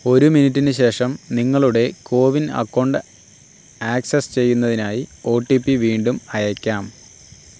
ഒരു മിനിറ്റിന് ശേഷം നിങ്ങളുടെ കോവിൻ അക്കൗണ്ട് ആക്സസ് ചെയ്യുന്നതിനായി ഒടിപി വീണ്ടും അയയ്ക്കാം